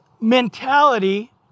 mentality